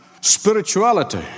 spirituality